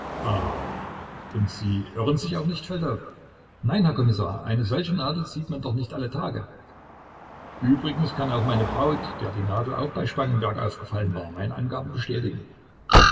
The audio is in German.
und sie irren sich auch nicht feldau nein herr kommissar eine solche nadel sieht man doch nicht alle tage übrigens kann auch meine braut der die nadel auch bei spangenberg aufgefallen war meine angabe bestätigen